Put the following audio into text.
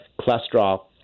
cholesterol